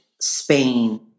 Spain